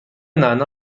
نعنا